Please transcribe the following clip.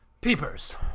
peepers